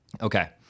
Okay